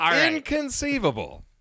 inconceivable